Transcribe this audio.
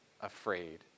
afraid